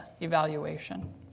evaluation